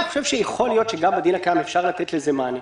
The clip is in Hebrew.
יכול להיות שגם בדין הקיים אפשר לתת לזה מענה.